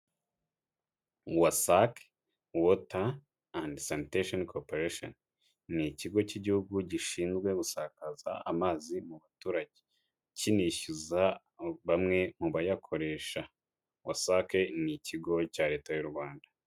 WASAC, Water and Sanitation Coporation. Ni ikigo cy'igihugu gishinzwe gusakaza amazi mu baturage, kinishyuza bamwe mu bayakoresha. Wasac ni ikigo cya leta y'u Rwanda.